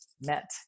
met